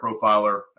Profiler